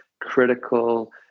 critical